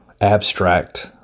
abstract